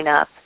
up